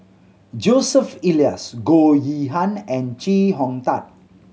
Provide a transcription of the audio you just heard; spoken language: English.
Joseph Elias Goh Yihan and Chee Hong Tat